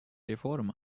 реформ